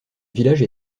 village